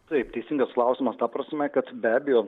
taip teisingas klausimas ta prasme kad be abejo